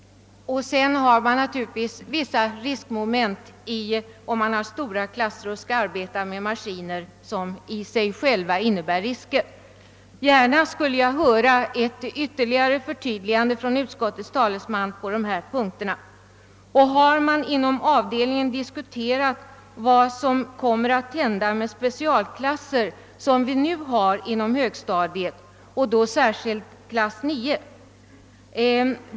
Sedan ökas naturligtvis också riskmomMenten, om man har stora klasser och skall arbeta med maskiner, som i sig själva innebär risker. Jag skulle gärna vilja ha ett ytterligare förtydligande från utskottets talesman på dessa punkter. Har man inom avdelningen diskuterat vad som kommer att hända med sådana specialklasser som nu finns på högstadiet och då särskilt klass 9?